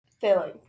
filling